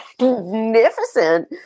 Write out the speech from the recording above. magnificent